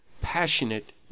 passionate